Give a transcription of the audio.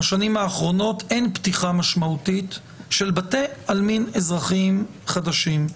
בשנים האחרונות אין פתיחה משמעותית של בתי עלמין אזרחיים חדשים.